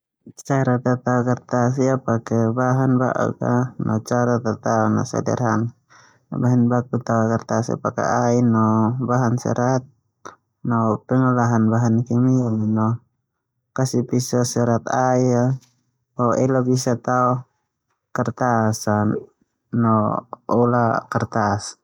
Cara kerja kertas ia pake bahan ba'uk no cara tataon na sederhana. Bahan baku tao kertas ia pake bahan ai no bahan serat no pengolahan bahan kimia no, kasih pisau serat air, o elo bisa tao kertasan, no lo kertas.